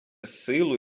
силу